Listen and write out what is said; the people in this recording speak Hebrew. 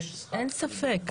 אין ספק.